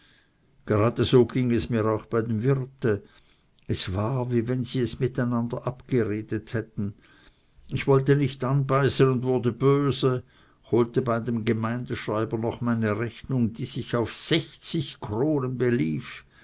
gerade so ging es mir auch bei dem wirte es war wie wenn sie es mit einander abgeredet hätten ich wollte nicht anbeißen und wurde böse holte bei dem gemeindschreiber noch meine rechnung die sich auf sechzig kronen belief